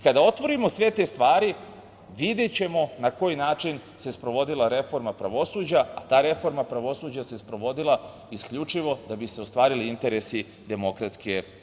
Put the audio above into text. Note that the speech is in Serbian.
Kada otvorimo sve te stvari videćemo na koji način se sprovodila reforma pravosuđa, a ta reforma pravosuđa se sprovodila isključivo da bi se ostvarili interesi DS.